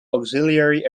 auxiliary